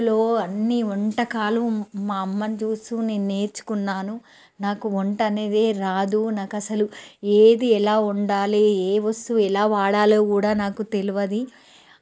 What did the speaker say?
అందులో అన్ని వంటకాలు మా అమ్మను చూస్తూ నేను నేర్చుకున్నాను నాకు వంట అనేదే రాదు నాకు అసలు ఏది ఎలా వండాలి ఏ వస్తువు ఎలా వాడలో కూడా నాకు తెలియదు